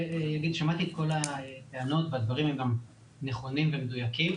שמעתי את כל הטענות והדברים שהם גם נכונים ומדויקים,